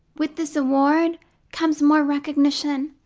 with this award comes more recognition,